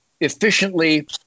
efficiently